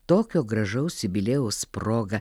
tokio gražaus jubiliejaus proga